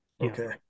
Okay